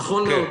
נכון מאוד.